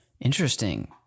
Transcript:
Interesting